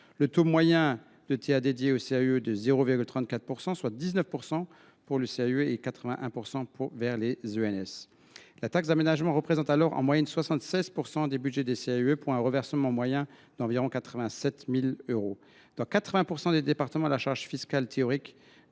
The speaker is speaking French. Le taux moyen de taxe pour les CAUE est de 0,34 %, soit 19 % pour le CAUE et 81 % pour les ENS. La taxe d’aménagement représente en moyenne 76 % du budget des CAUE pour un reversement moyen d’environ 870 000 euros. Dans 80 % des départements, la charge fiscale théorique